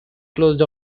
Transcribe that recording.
closed